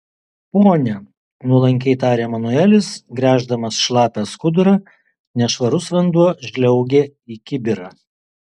pone nuolankiai tarė manuelis gręždamas šlapią skudurą nešvarus vanduo žliaugė į kibirą